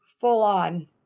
full-on